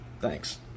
Thanks